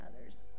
others